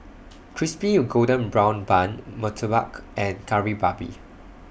Crispy Golden Brown Bun Murtabak and Kari Babi